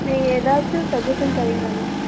நீங்கள் ஏதாச்சும் சஜஷன் தரீங்களா மேம்